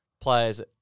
players